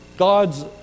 God's